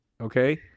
Okay